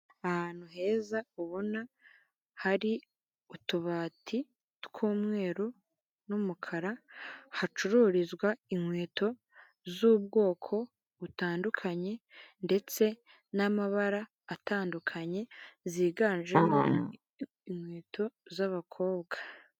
Ahantu heza ubona hari utubati tw'umweru n'umukara, hacururizwa inkweto z'ubwoko butandukanye ndetse n'amabara atandukanye ziganjemo inkweto z'abakobwa.